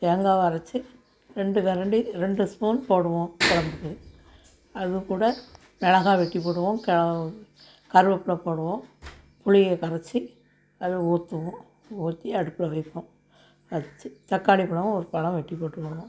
தேங்காவை அரைச்சி ரெண்டு கரண்டி ரெண்டு ஸ்பூன் போடுவோம் குழம்புக்கு அதுக்கூட மெளகாய் வெட்டி போடுவோம் க கருவேப்பில்ல போடுவோம் புளியை கரைச்சி அதில் ஊற்றுவோம் ஊற்றி அடுப்பில் வைப்போம் வச்சி தக்காளி பழம் ஒரு பழம் வெட்டி போட்டுக்கணும்